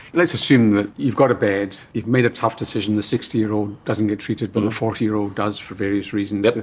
let's assume that you've got a bed, you've made a tough decision, the sixty year old doesn't get treated but the forty year old does, for various reasons,